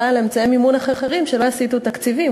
אולי לחשוב על אמצעי מימון אחרים שלא יסיטו תקציבים.